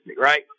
right